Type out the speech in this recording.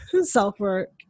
self-work